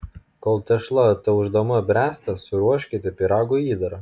kol tešla ataušdama bręsta suruoškite pyrago įdarą